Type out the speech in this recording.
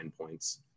points